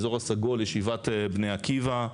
האזור הסגול ישיבת בני עקיבא.